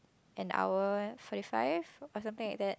and our forty five or something like that